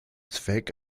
zweck